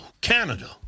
Canada